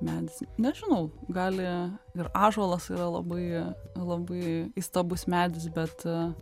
medis nežinau gali ir ąžuolas yra labai labai įstabus medis bet